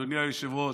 אדוני היושב-ראש,